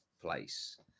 place